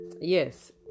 Yes